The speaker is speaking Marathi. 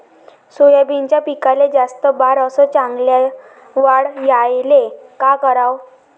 सोयाबीनच्या पिकाले जास्त बार अस चांगल्या वाढ यायले का कराव?